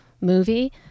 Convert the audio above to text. movie